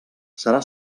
serà